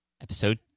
episode